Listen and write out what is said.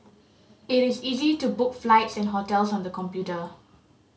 it is easy to book flights and hotels on the computer